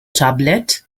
tablet